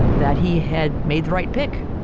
that he had made the right pick,